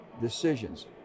decisions